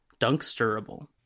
Dunksterable